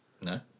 No